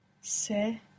Se